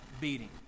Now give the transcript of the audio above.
beating